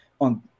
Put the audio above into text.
on